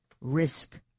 risk